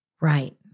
Right